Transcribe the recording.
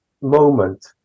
moment